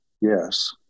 yes